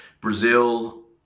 Brazil